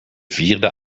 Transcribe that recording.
vierde